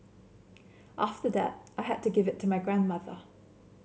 after that I had to give it to my grandmother